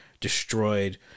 destroyed